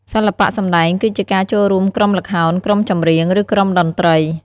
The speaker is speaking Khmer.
សិល្បៈសម្តែងគឺជាការ ចូលរួមក្រុមល្ខោន ក្រុមចម្រៀង ឬក្រុមតន្រ្តី។